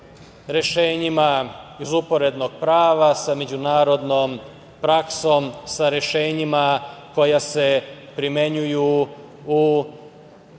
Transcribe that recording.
rešenjima iz uporednog prava, sa međunarodnom praksom, sa rešenjima koja se primenjuju u